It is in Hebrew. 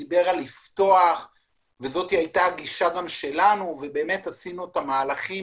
הוא דיבר על לפתוח וזאת הייתה הגישה גם שלנו ועשינו את המהלכים